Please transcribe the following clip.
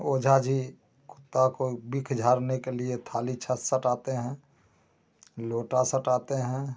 ओझा जी कुत्ता को विष झाड़ने के लिए थाली सटाते हैं लोटा सटाते हैं